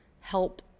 help